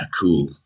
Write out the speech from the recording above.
cool